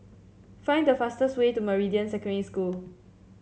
find the fastest way to Meridian Secondary School